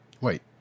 Wait